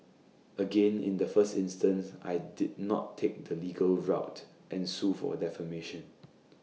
again in the first instance I did not take the legal route and sue for defamation